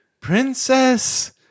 Princess